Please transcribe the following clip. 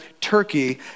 Turkey